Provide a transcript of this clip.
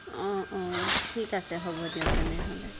অঁ অঁ ঠিক আছে হ'ব দিয়ক তেনেহ'লে